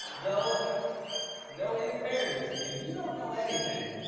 though though in fairness, if you don't know anything